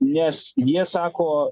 nes jie sako